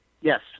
Yes